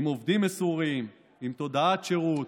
עם עובדים מסורים, עם תודעת שירות